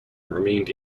remained